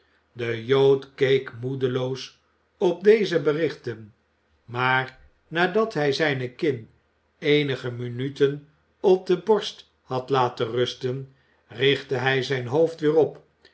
de jood keek moedeloos op deze berichten maar nadat hij zijne kin eenige minuten op de borst had laten rusten richtte hij zijn hoofd weer op